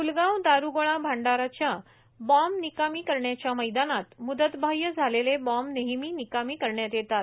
प्लगाव दारुगोळा भांडारच्या बॅम्ब निकामी करण्याच्या मैदानात मुदतबाह्य झालेले बॉम्ब नेहमी निकामी करण्यात येतात